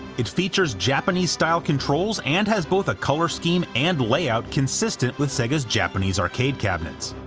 it features japanese-style controls and has both a color scheme and layout consistent with sega's japanese arcade cabinets.